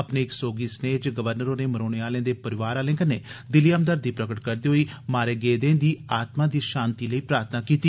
अपने इक सोगी स्नेए च गवर्नर होरे मरोने आलें दे परिवार आलें कन्नै दिली हमदर्दी प्रगट करदे होई मारे गेदें दी आत्मा दी शांति लेई प्रार्थना कीती